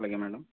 అలాగే మ్యాడమ్